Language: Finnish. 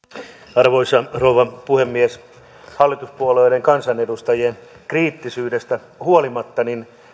arvoisa rouva puhemies hallituspuolueiden kansanedustajien kriittisyydestä huolimatta